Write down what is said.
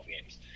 games